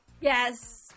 Yes